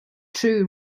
true